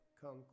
come